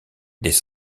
des